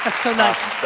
ah so nice.